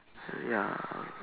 ya